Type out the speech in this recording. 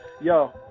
Yo